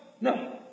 No